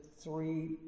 three